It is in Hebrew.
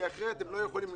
כי אחרת הן לא יכולות.